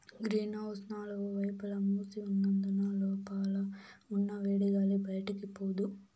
green house నాలుగు వైపులా మూసి ఉన్నందున లోపల ఉన్న వేడిగాలి బయటికి పోదు